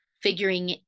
figuring